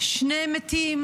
שני מתים